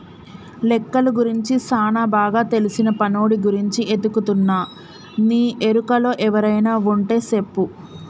లెక్కలు గురించి సానా బాగా తెల్సిన పనోడి గురించి ఎతుకుతున్నా నీ ఎరుకలో ఎవరైనా వుంటే సెప్పు